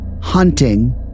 hunting